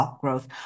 growth